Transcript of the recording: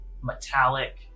metallic